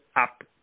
up